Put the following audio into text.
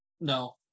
No